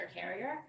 carrier